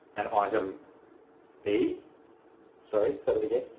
and item e sorry say that again?